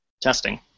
Testing